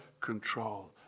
control